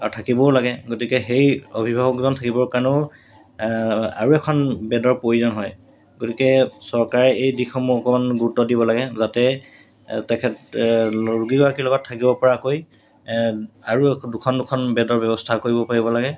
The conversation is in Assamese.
আৰু থাকিবও লাগে গতিকে সেই অভিভাৱকজন থাকিবৰ কাৰণেও আৰু এখন বেডৰ প্ৰয়োজন হয় গতিকে চৰকাৰে এই দিশসমূহ অকণমান গুৰুত্ব দিব লাগে যাতে তেখেত ৰোগীগৰাকীৰ লগত থাকিব পৰাকৈ আৰু দুখন দুখন বেডৰ ব্যৱস্থা কৰিব পাৰিব লাগে